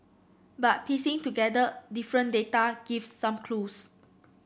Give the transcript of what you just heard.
but piecing together different data gives some clues